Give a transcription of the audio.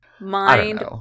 Mind